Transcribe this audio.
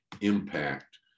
impact